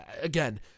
again